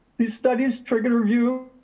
these studies triggered a review